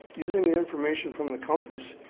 using the information from the compass,